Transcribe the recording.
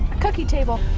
cookie table.